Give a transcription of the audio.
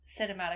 cinematic